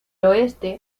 oeste